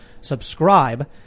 subscribe